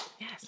Yes